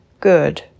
good